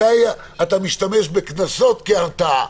מתי אתה משתמש בקנסות כהרתעה,